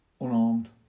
unarmed